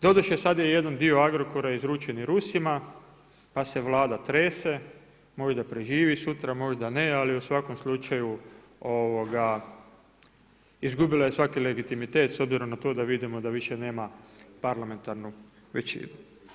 Doduše sada je jedan dio Agrokora izručen i Rusima, pa se Vlada trese, možda preživi sutra, možda ne, ali u svakom slučaju, izgubila je svaki legitimitet, s obzirom na to da vidimo da više nema parlamentarne većine.